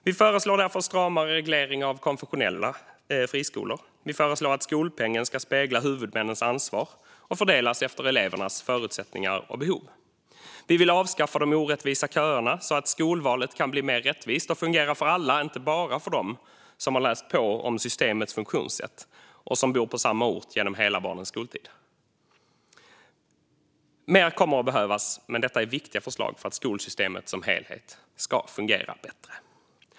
Vi föreslår därför en stramare reglering av konfessionella friskolor. Vi föreslår att skolpengen ska spegla huvudmännens ansvar och fördelas efter elevernas förutsättningar och behov. Vi vill avskaffa de orättvisa köerna, så att skolvalet kan bli mer rättvist och fungera för alla, inte bara för dem som har läst på om systemets funktionssätt och som bor på samma ort genom hela barnens skoltid. Mer kommer att behövas, men detta är viktiga förslag för att skolsystemet som helhet ska fungera bättre.